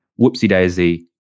whoopsie-daisy